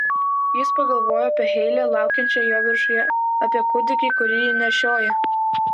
jis pagalvojo apie heilę laukiančią jo viršuje apie kūdikį kurį ji nešioja